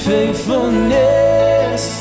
faithfulness